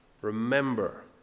remember